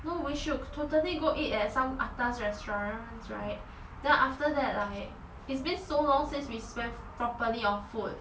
no we should totally go eat at some atas restaurants right then after that like it's been so long since we've spend properly on food